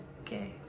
okay